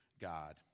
God